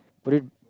put it